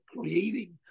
creating